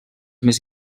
més